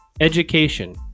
education